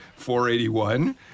481